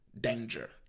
danger